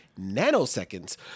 nanoseconds